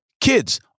kids